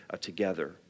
together